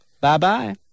Bye-bye